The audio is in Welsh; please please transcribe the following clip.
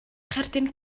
cherdyn